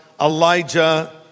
Elijah